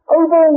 over